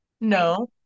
No